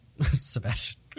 Sebastian